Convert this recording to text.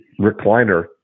recliner